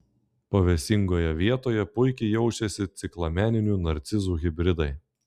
pavėsingoje vietoje puikiai jaučiasi ciklameninių narcizų hibridai